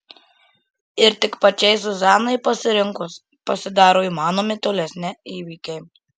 ir tik pačiai zuzanai pasirinkus pasidaro įmanomi tolesni įvykiai